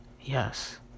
Yes